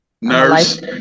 nurse